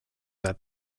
that